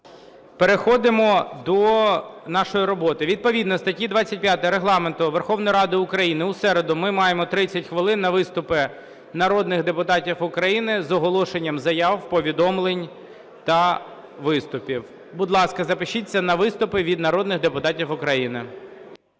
Переходимо до нашої роботи. Відповідно статті 25 Регламенту Верховної Ради України у середу ми маємо 30 хвилин на виступи народних депутатів України з оголошенням заяв, повідомлень та виступів. Будь ласка, запишіться на виступи від народних депутатів України.